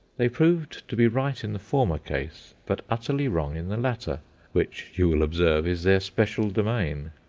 they proved to be right in the former case, but utterly wrong in the latter which, you will observe, is their special domain.